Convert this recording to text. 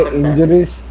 injuries